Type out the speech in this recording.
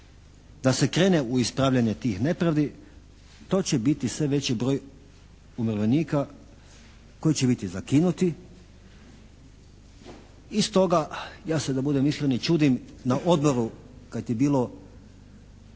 da se krene u ispravljanje tih nepravdi, to će biti sve veći broj umirovljenika koji će biti zakinuti i stoga ja se da budem iskren ne čudim na odboru kad je bilo